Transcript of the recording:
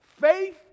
Faith